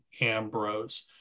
Ambrose